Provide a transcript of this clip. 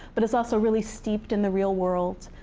but is also really steeped in the real world.